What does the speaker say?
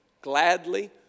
Gladly